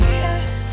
yes